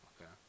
Okay